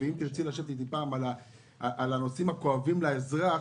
ואם תשבי איתי פעם על הנושאים הכואבים לאזרח